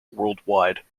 worldwide